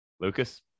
Lucas